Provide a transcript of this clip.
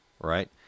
right